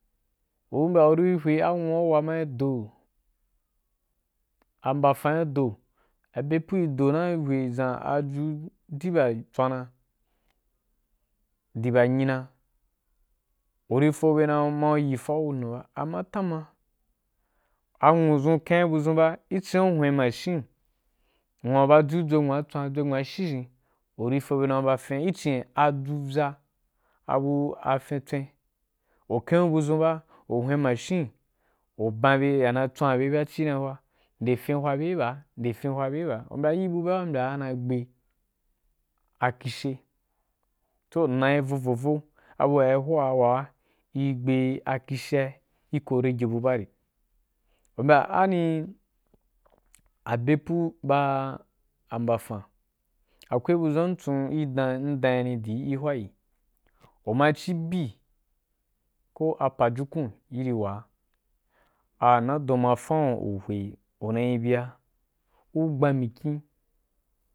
Anu wa uwa mai do ambafan ri do abepu ri do na rí hwe ʒan aju adipa tswana dipa nyina u ri fo be san ku yi foa wun u ba amma tanma a nwusʒun ken’a budʒun ba ki cin’a u hwen mashin nwuwa ba aju dʒwe nwa tswana, adʒe nuwa shinʒhen u ri be dan ku ba fǐn ki cin ge? Aju vyaa abu afīn tswen u ker’u budʒun ba u hwen mashim u ban bye yama tawombe banci na hwa nde fin hwa be baa, nde fria iwa le baa mbya a iri bu baa u mbya ga na gbe akhushe toh m naī vo vo voh abu wai hwa waa i gbe akhushe i ko lege bu baari u mbya ani abepuu ba ambafan akwai budʒun m von i dan m danyini jyi i hwaji u ma ci bu koh a pajukun iri waa a wanadon ma faun u hwe u nai bia u gban mikyin.